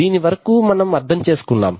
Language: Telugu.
దీని వరకూ మనం అర్థం చేసుకున్నాం